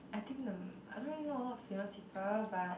I think the I don't really know a lot of famous people but